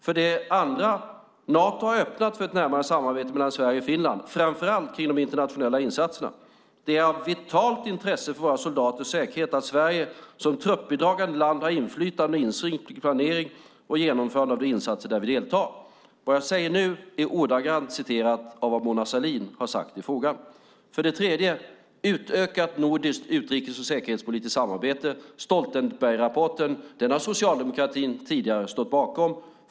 För det andra: "Nato har öppnat för ett närmare samarbete med Sverige och Finland, framför allt kring de internationella insatserna. Det är av vitalt intresse för våra soldaters säkerhet att Sverige som truppbidragande land har inflytande och insyn kring planering och genomförande av de insatser där vi deltar." Vad jag har sagt nu är ett ordagrant citat av vad Mona Sahlin har skrivit i frågan. För det tredje handlar det om ett utökat nordiskt utrikes och säkerhetspolitiskt samarbete. Stoltenbergrapporten har socialdemokratin tidigare stått bakom.